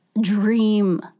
dream